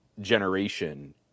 generation